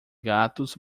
gatos